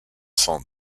cent